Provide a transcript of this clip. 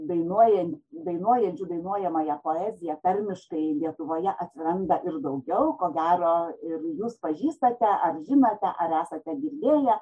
dainuojan dainuojančių dainuojamąją poeziją tarmiškai lietuvoje atsiranda ir daugiau ko gero ir jūs pažįstate ar žinote ar esate girdėję